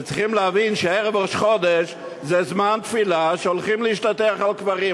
וצריכים להבין שערב ראש חודש הוא זמן תפילה והולכים להשתטח על קברים,